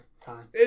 time